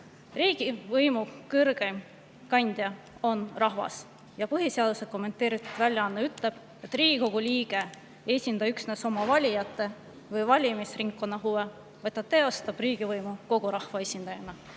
riigivõimu kõrgeim kandja on rahvas. Põhiseaduse kommenteeritud väljaanne ütleb, et Riigikogu liige ei esinda üksnes oma valijate või valimisringkonna huve, vaid ta teostab riigivõimu kogu rahva esindajana.